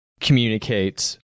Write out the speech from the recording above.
communicate